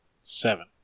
seven